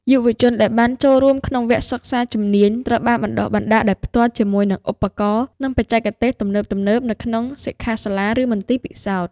យុវជនដែលបានចូលរួមក្នុងវគ្គសិក្សាជំនាញ ត្រូវបានបណ្តុះបណ្តាលដោយផ្ទាល់ជាមួយនឹងឧបករណ៍ និងបច្ចេកទេសទំនើបៗនៅក្នុងសិក្ខាសាលា ឬមន្ទីរពិសោធន៍។